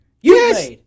Yes